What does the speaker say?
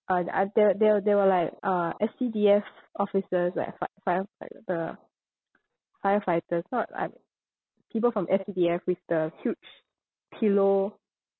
and and there were there were there were like uh S_C_D_F officers like fi~ firefighter firefighters not I mean people from S_C_D_F with the huge pillow